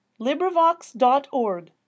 LibriVox.org